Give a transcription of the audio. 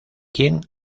quien